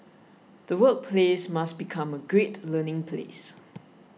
the workplace must become a great learning place